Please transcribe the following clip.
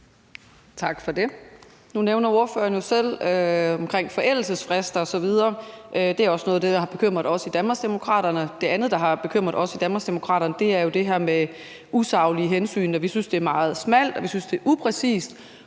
Tak for det. Nu nævner ordføreren jo selv forældelsesfrist osv. Det er også noget af det, der har bekymret os i Danmarksdemokraterne. Det andet, der har bekymret os i Danmarksdemokraterne, er jo det her med usaglige hensyn. Vi synes, det er meget smalt, og vi synes, det er upræcist,